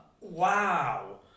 wow